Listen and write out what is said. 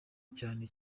cyane